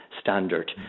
standard